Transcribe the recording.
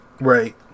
Right